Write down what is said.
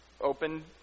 open